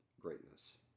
greatness